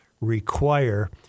require